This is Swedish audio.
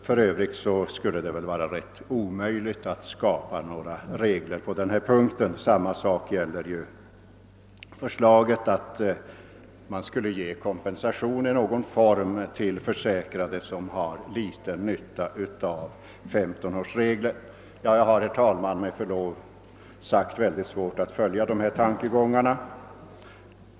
För övrigt skulle det väl vara rätt omöj ligt att skapa regler på denna punkt. Samma sak gäller förslaget om kompensation i någon form till försäkrade som endast har ringa nytta av femtonårsregeln. Jag har, herr talman, med förlov sagt väldigt svårt att följa dessa tankegångar.